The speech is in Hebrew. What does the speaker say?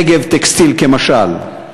"נגב טקסטיל" כמשל.